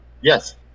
Yes